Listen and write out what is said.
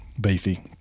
beefy